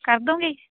ਕਰ ਦਿਓਗੇ